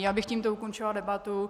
Já bych tímto ukončila debatu.